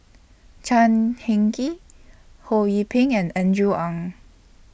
Chan Heng Chee Ho Yee Ping and Andrew Ang